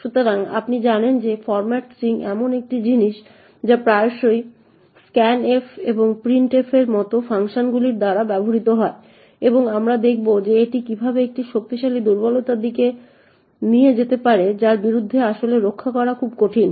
সুতরাং আপনি জানেন যে ফরম্যাট স্ট্রিং এমন একটি জিনিস যা প্রায়শই স্ক্যানফ এবং প্রিন্টএফের মতো ফাংশনগুলির দ্বারা ব্যবহৃত হয় এবং আমরা দেখব যে এটি কীভাবে একটি খুব শক্তিশালী দুর্বলতার দিকে নিয়ে যেতে পারে যার বিরুদ্ধে আসলে রক্ষা করা খুব কঠিন